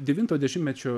devinto dešimtmečio